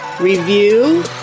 review